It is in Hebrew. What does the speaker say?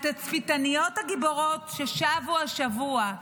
התצפיתניות הגיבורות ששבו השבוע,